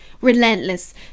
relentless